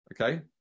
okay